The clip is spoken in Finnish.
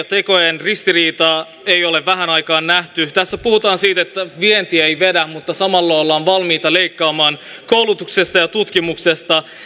tekojen ristiriitaa ei ole vähään aikaan nähty tässä puhutaan siitä että vienti ei vedä mutta samalla ollaan valmiita leikkaamaan koulutuksesta ja tutkimuksesta